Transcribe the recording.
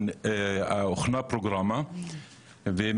שאיחוד